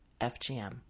FGM